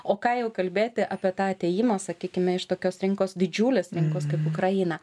o ką jau kalbėti apie tą atėjimą sakykime iš tokios rinkos didžiulės rinkos kaip ukraina